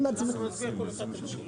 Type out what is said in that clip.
אנחנו נצביע כל אחד על שלו.